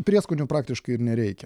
prieskonių praktiškai ir nereikia